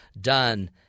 done